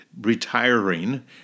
retiring